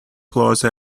close